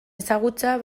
ezagutza